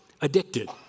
addicted